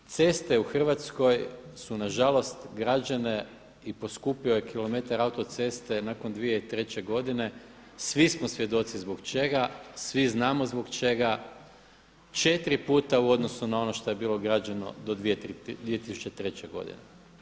Ceste u Hrvatskoj su nažalost građene i poskupio je kilometar autoceste nakon 2003. godine, svi smo svjedoci zbog čega, svi znamo zbog čega, 4 puta u odnosu na ono što je bilo građeno do 2003. godine.